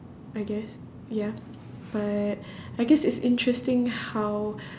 I guess ya but I guess it's interesting how